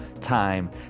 time